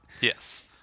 Yes